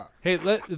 Hey